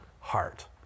heart